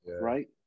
Right